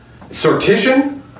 Sortition